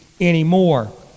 anymore